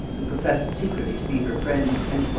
and professed secretly to be her friend. and